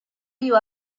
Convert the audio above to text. you